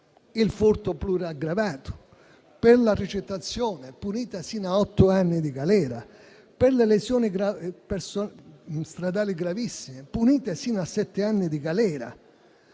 il furto pluriaggravato, la ricettazione (punita sino a otto anni di galera) o le lesioni stradali gravissime (punite sino a sette anni di galera).